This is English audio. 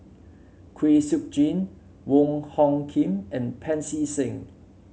Kwek Siew Jin Wong Hung Khim and Pancy Seng